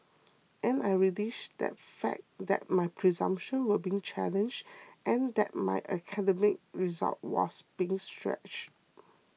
and I relished that fact that my presumptions were being challenged and that my academic result was being stretched